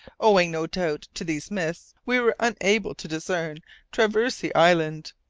owing, no doubt, to these mists, we were unable to discern traversey island.